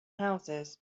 houses